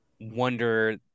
wonder